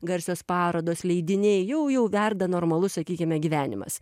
garsios parodos leidiniai jau jau verda normalus sakykime gyvenimas